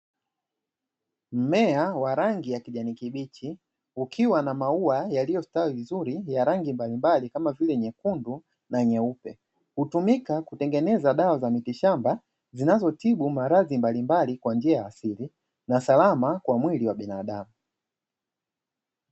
Mmea wa rangi ya kijani kibichi, ukiwa na maua yaliyostawi vizuri ya rangi mbalimbali kama vile nyekundu na nyeupe. Hutumika kutengeneza dawa za mitishamba zinazotibu maradhi mbalimbali kwa njia ya asili na salama, kwa mwili wa binadamu.